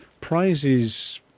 prizes